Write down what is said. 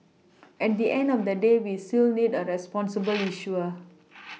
at the end of the day we still need a responsible issuer